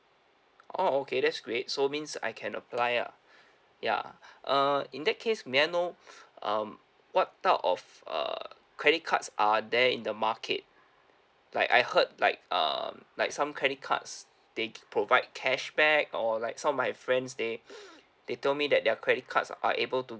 oh okay that's great so means I can apply ah ya uh in that case may I know um what type of uh credit cards are there in the market like I heard like um like some credit cards they provide cashback or like some of my friends they they told me that their credit cards are able to